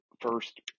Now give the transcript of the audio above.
first